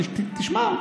תשמע,